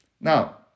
now